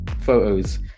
photos